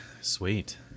Sweet